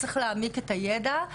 וצריך להעמיק את הידע.